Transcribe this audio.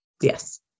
Yes